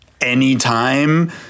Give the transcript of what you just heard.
Anytime